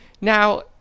Now